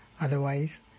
Otherwise